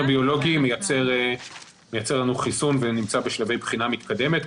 המכון הביולוגי מייצר לנו חיסון ונמצא בשלבי בחינה מתקדמת.